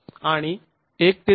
आणि १ ते १